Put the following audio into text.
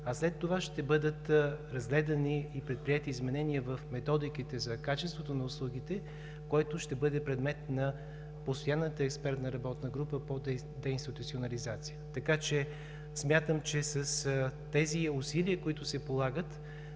а след това ще бъдат разгледани и предприети изменения в методиките за качеството на услугите, което ще бъде предмет на Постоянната експертна работна група по деинституционализация, така че смятам, че с тези усилия, които се полагат,